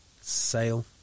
Sale